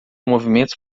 movimentos